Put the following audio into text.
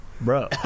Bro